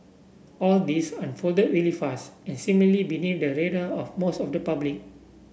all this unfolded really fast and seemingly beneath the radar of most of the public